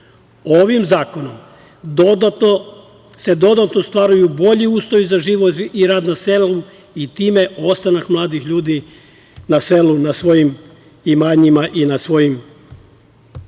zakonom se dodatno ostvaruju bolji uslovi za život i rad na selu, i time ostanak mladih ljudi na selu, na svojim imanjima i na svome. Mi